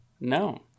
No